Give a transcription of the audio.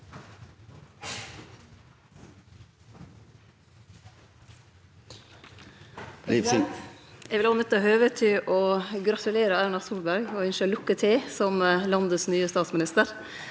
Eg vil òg nytte høvet til å gratulere Erna Solberg og ynskje lukke til som landets nye statsminister.